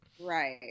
right